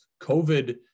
covid